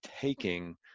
taking